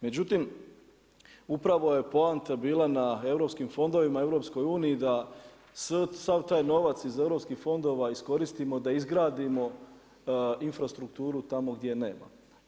Međutim, upravo je poanta bila na europskim fondovima, EU, da sav taj novac iz europskih fondovima, iskoristimo, da izgradimo infrastrukturu tamo gdje je nema.